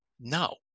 no